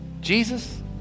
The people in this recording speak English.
Jesus